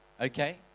Okay